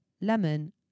lemon